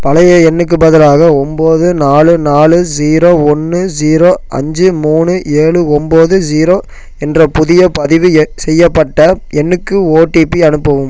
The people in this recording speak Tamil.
பழைய எண்ணுக்குப் பதிலாக ஒம்பது நாலு நாலு ஜீரோ ஒன்று ஜீரோ அஞ்சு மூணு ஏழு ஒம்பது ஜீரோ என்ற புதிய பதிவு செய்யப்பட்ட எண்ணுக்கு ஓடிபி அனுப்பவும்